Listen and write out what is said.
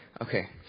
Okay